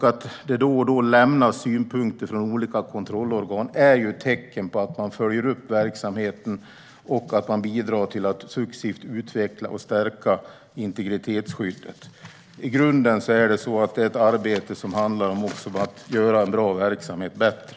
Att det då och då lämnas synpunkter från olika kontrollorgan är tecken på att man följer upp verksamheten och bidrar till att successivt utveckla och stärka integritetsskyddet. I grunden handlar detta arbete om att göra en bra verksamhet bättre.